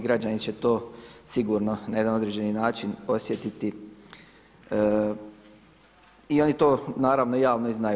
građani će to sigurno na jedan određeni način osjetiti i oni to naravno javno i znaju.